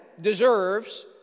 deserves